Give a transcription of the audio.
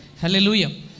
Hallelujah